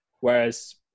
Whereas